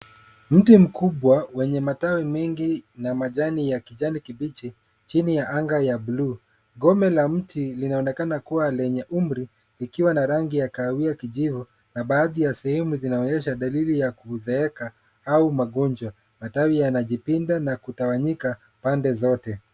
Mti mkubwa wenye matawi mengi na majani ya kijani kibichi chini ya anga ya bluu. Ngome la mti linaonekana kuwa lenye umri llikiwa na rangi ya kahawia kijivu na baadhi ya sehemu inaonyesha dalili ya kuzeeka au magonjwa. Matawi yanajipinda na kutawanyika pande zote.